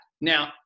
now